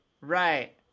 Right